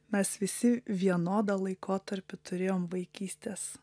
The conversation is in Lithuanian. mes visi vienodą laikotarpį turėjom vaikystės